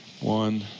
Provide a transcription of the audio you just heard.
One